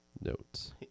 notes